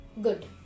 good